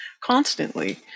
constantly